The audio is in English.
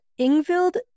Ingvild